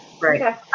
Right